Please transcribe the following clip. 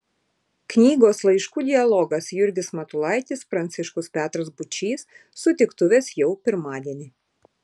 knygos laiškų dialogas jurgis matulaitis pranciškus petras būčys sutiktuvės jau pirmadienį